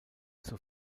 zur